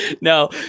No